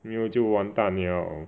没有就完蛋 liao